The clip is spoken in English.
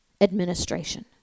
administration